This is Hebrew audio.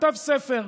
כתב ספר.